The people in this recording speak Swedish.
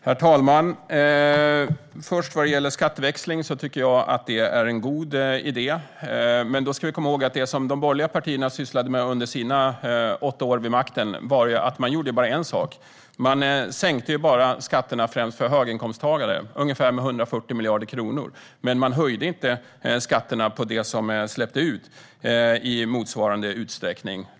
Herr talman! Jag tycker att skatteväxling är en god idé. Men då ska vi komma ihåg att det som de borgerliga partierna sysslade med under sina åtta år vid makten var att bara göra en sak: Man sänkte skatterna, främst för höginkomsttagare, med ungefär 140 miljarder kronor. Men man höjde inte skatterna på det som släpptes ut i motsvarande utsträckning.